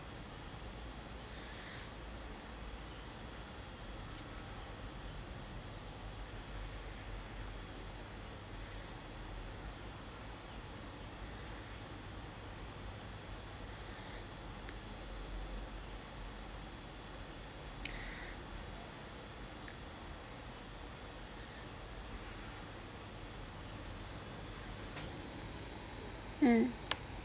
mm